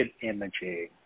imaging